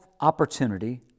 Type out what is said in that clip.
opportunity